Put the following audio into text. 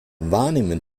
wahrnehmen